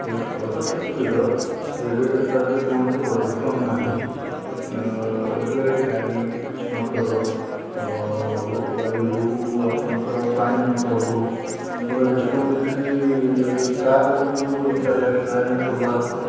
ଯେଉଁ ସୌରଶକ୍ତିର ତା'ଦେହରେ କୌଣସି ପ୍ରଦୂଷଣ ନାହିଁ ଏବେ ଗାଡ଼ି ମଟର ଗାଡ଼ି ହଉ ଆପଣଙ୍କର ପାଣି ମଟର ହଉ କିମ୍ବା ଯେକୌଣସି କାର୍ ଗୁଡ଼ିକ ବି ଏବେ ଚାଲି ଆସିଲାଣି ସୋଲାର୍ର